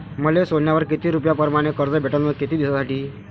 मले सोन्यावर किती रुपया परमाने कर्ज भेटन व किती दिसासाठी?